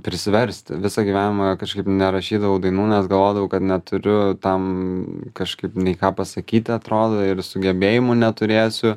prisiversti visą gyvenimą kažkaip nerašydavau dainų nes galvodavau kad neturiu tam kažkaip nei ką pasakyti atrodo ir sugebėjimų neturėsiu